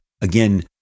again